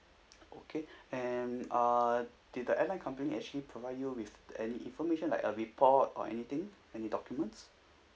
okay and uh did the airline company actually provide you with any information like a report or anything any documents